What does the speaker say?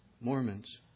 Mormons